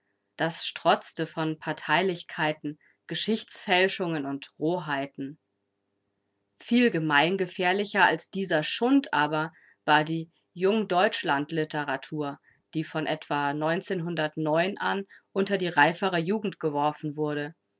das strotzte von parteilichkeiten geschichtsfälschungen und roheiten viel gemeingefährlicher als dieser schund aber war die jungdeutschlandliteratur die von etwa an unter die reifere jugend geworfen wurde